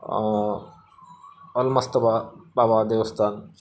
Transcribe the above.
अलमस्त बा बाबा देवस्थान